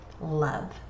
Love